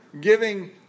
giving